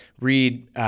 read